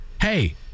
hey